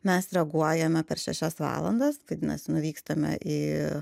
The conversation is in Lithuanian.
mes reaguojame per šešias valandas vadinas nuvykstame į